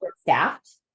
staffed